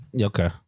Okay